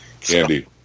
candy